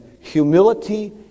humility